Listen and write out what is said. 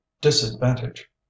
disadvantage